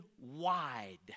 wide